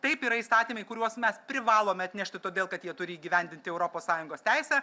taip yra įstatymai kuriuos mes privalome atnešti todėl kad jie turi įgyvendinti europos sąjungos teisę